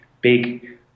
big